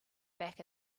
back